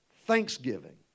Thanksgiving